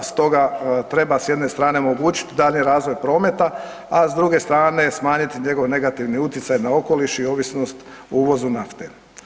Stoga treba s jedne strane omogućiti daljnji razvoj prometa, a s druge strane smanjiti njegov negativni utjecaj na okoliš i ovisnost o uvozu nafte.